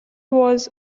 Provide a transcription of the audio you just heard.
was